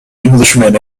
englishman